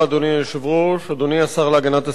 אדוני היושב-ראש, תודה, אדוני השר להגנת הסביבה,